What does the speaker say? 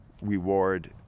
reward